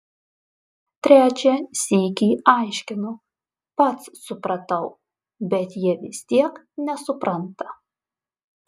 trečią sykį aiškinu pats supratau bet jie vis tiek nesupranta